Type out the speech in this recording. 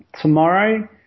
Tomorrow